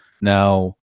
Now